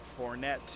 Fournette